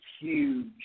huge